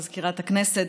מזכירת הכנסת,